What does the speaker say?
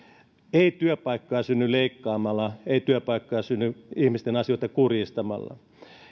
ei työpaikkoja synny leikkaamalla ei työpaikkoja synny ihmisten asioita kurjistamalla